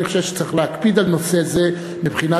אני חושב שצריך להקפיד על נושא זה מבחינת